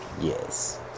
Yes